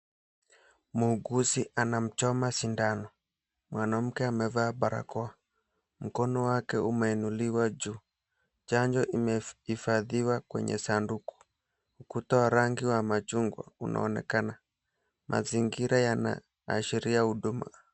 Muguzi anamchoma sindano mwanamke amebeba barakoa mkono wake umeinuliwa juu. Chanjo imefadhiliwa kwenye sanduku. Ukuta wa rangi ya machungwa unaonekana. Mazingira yanashiria huduma.